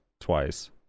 twice